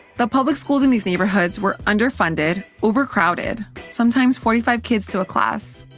the public schools in these neighborhoods were underfunded, overcrowded sometimes forty five kids to a class.